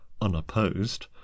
unopposed